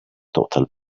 total